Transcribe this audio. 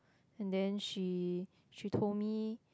and then she she told me